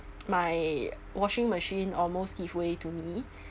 my washing machine almost give way to me